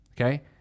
Okay